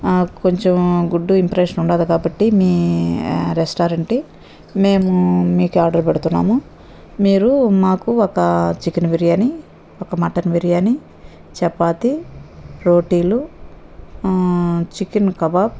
కొంచెం good impression ఉంది కాబట్టి మీ రెస్టారెంటీ మేము మీకే ఆర్డర్ పెడుతున్నాము మీరు మాకు ఒక చికెన్ బిర్యానీ ఒక మటన్ బిర్యానీ చపాతీ రోటీలు చికెన్ కబాబ్